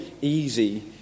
easy